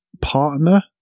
partner